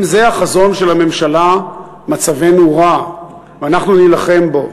אם זה החזון של הממשלה מצבנו רע, ואנחנו נילחם בו.